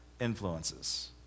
influences